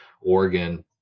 Oregon